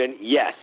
yes